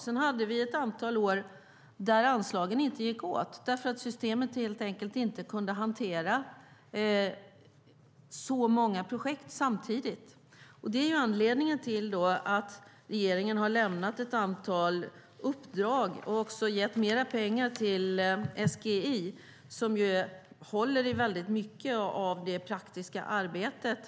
Sedan hade vi ett antal år då anslagen inte gick åt därför att systemet helt enkelt inte kunde hantera så många projekt samtidigt. Det är anledningen till att regeringen har lämnat ett antal uppdrag och också gett mer pengar till SGI, som håller i mycket av det praktiska arbetet.